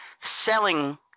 selling